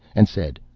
and said,